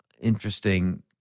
Interesting